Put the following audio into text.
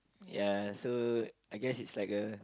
ya so I guess it's like a